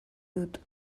dut